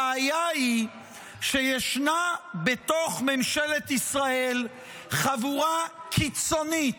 הבעיה היא שישנה בתוך ממשלת ישראל חבורה קיצונית,